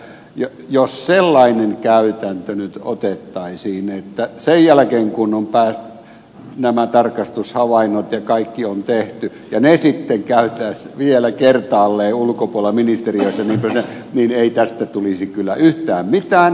minä sanoin että jos sellainen käytäntö nyt otettaisiin että sen jälkeen kun nämä tarkastushavainnot ja kaikki on tehty ne sitten käytäisiin vielä kertaalleen ulkopuolella ministeriöissä niin ei tästä tulisi kyllä yhtään mitään